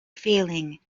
feeling